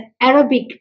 Arabic